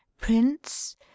Prince